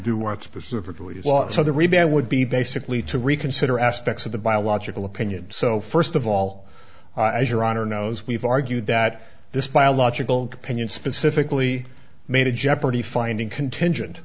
do what specifically is law so the rebound would be basically to reconsider aspects of the biological opinion so first of all eyes are on our nose we've argued that this biological opinion specifically made a jeopardy finding contingent